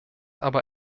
aber